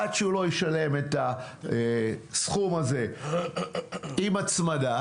עד שהוא לא ישלם את הסכום הזה עם הצמדה,